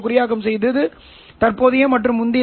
இந்த வடிப்பான் ωIF இல் மையமாக இருக்கும்